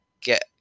get